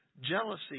jealousy